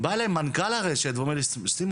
בא אליי מנכ"ל הרשת ואומר לי סימון,